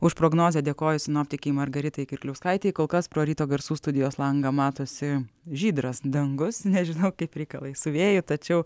už prognozę dėkoju sinoptikei margaritai kirkliauskaitei kol kas pro ryto garsų studijos langą matosi žydras dangus nežinau kaip reikalai su vėju tačiau